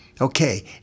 Okay